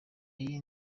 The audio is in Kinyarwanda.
y’iyi